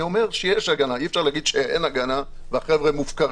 אני אומר שיש הגנה ואי אפשר להגיד שאין הגנה והחבר'ה מופקרים.